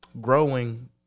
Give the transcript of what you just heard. growing